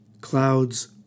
Clouds